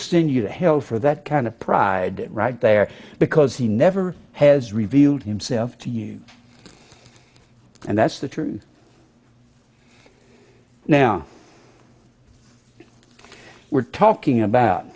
send you to hell for that kind of pride right there because he never has revealed himself to you and that's the truth now we're talking about